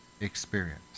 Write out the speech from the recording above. experience